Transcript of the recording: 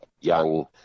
young